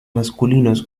masculinos